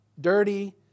dirty